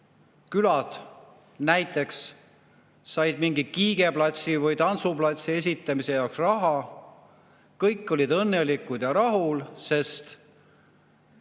said näiteks mingi kiigeplatsi või tantsuplatsi ehitamise jaoks raha. Kõik olid õnnelikud ja rahul, sest